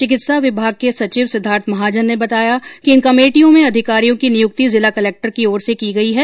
चिकित्सा विभग के सचिव सिद्धार्थ महाजन ने बताया कि इन कमेटियों में अधिकारियों की नियुक्ति जिला कलक्टर की ओर से की गई है